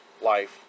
life